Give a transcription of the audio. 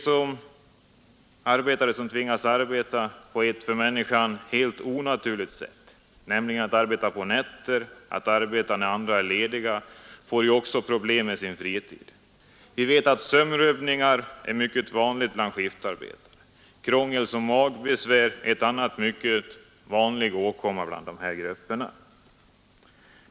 De arbetare som tvingas arbeta på ett för människan helt onaturligt sätt, på nätter och när andra är lediga, får också problem med sin fritid. Vi vet att sömnrubbningar är mycket vanliga bland skiftarbetare. Magbesvär är en annan mycket vanlig åkomma inom dessa grupper.